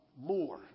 more